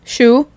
Shoe